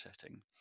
setting